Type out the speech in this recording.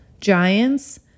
Giants